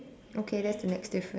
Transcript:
okay that's the next difference